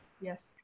Yes